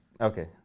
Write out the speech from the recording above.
okay